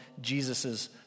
Jesus's